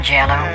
Jello